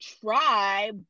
try